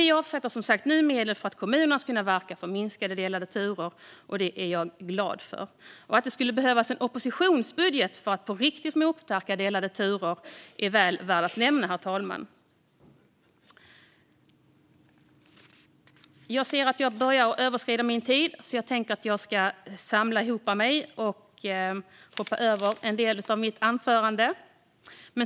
Vi avsätter som sagt nu medel för att kommuner ska kunna verka för att minska de delade turerna, och det är jag glad för. Att det skulle behövas en oppositionsbudget för att på riktigt motverka delade turer är väl värt att nämna, herr talman. Jag ser att jag börjar överskrida min talartid, så jag ska hoppa över en del av det jag tänkt säga i mitt anförande.